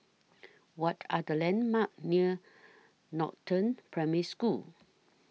What Are The landmarks near Northern Primary School